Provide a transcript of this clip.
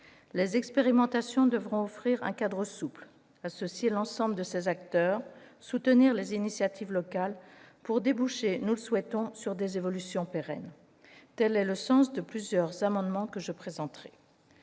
Les expérimentations devront offrir un cadre souple, associer l'ensemble des acteurs, soutenir les initiatives locales, pour déboucher, nous le souhaitons, sur des évolutions pérennes. Tel est le sens de plusieurs amendements que je présenterai.